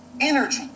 energy